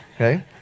okay